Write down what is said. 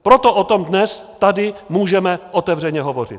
Proto o tom dnes tady můžeme otevřeně hovořit.